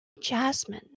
Jasmine